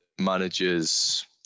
managers